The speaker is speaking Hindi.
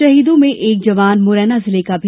शहीदों में एक जवान मुरैना जिला का भी